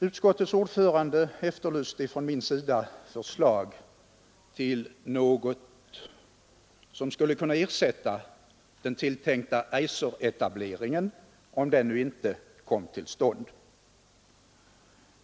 Utskottets ordförande efterlyste från min sida förslag om något som skulle kunna ersätta den tilltänkta Eiseretableringen, om den inte kom till stånd.